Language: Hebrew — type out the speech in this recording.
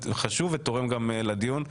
וחשוב ותורם גם לדיון,